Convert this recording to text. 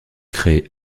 créé